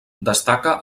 destaca